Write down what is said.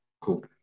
Cool